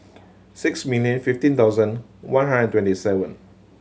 six million fifteen thousand one hundred twenty seven